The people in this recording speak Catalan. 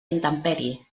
intempèrie